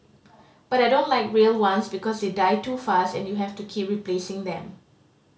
but I don't like real ones because they die too fast and you have to keep replacing them